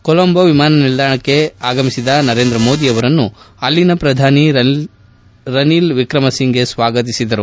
ಕೊಲಂಬೋ ವಿಮಾನ ನಿಲ್ಲಾಣಕ್ಕೆ ಆಗಮಿಸಿದ ನರೇಂದ್ರಮೋದಿ ಅವರನ್ನು ಅಲ್ಲಿನ ಪ್ರಧಾನಿ ರನೀಲ್ ವಿಕ್ರಮಸಿಂಘೆ ಸ್ನಾಗತಿಸಿದರು